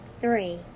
three